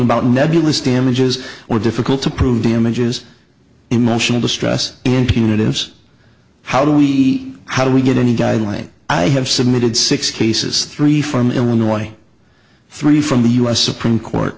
about nebulous damages or difficult to prove damages emotional distress in punitive how do we how do we get any guidelines i have submitted six cases three from illinois three from the u s supreme court